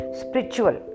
spiritual